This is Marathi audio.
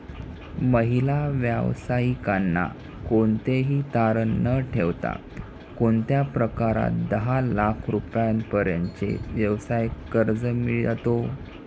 महिला व्यावसायिकांना कोणतेही तारण न ठेवता कोणत्या प्रकारात दहा लाख रुपयांपर्यंतचे व्यवसाय कर्ज मिळतो?